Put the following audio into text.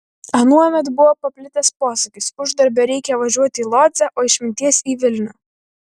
anuomet buvo paplitęs posakis uždarbio reikia važiuoti į lodzę o išminties į vilnių